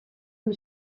amb